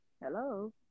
Hello